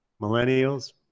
Millennials